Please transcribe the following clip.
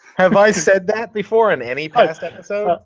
have i said that before on any past and so